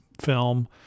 film